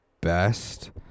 best